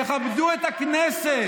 תכבדו את הכנסת.